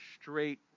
straight